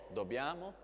dobbiamo